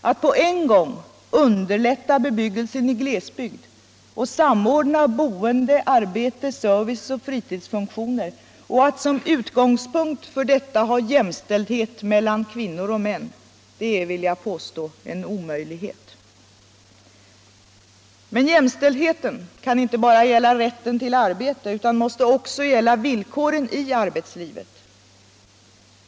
Att på en gång underlätta bebyggelsen i glesbygd och samordna boende, arbete, service och fritidsfunktioner och att som utgångspunkt för detta ha jämställdhet mellan kvinnor och män — det är, vill jag påstå, en omöjlighet. Men jämställdheten kan inte bara gälla rätten till arbete utan måste också gälla villkoren i arbetslivet.